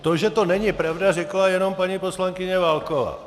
To, že to není pravda, řekla jenom paní poslankyně Válková.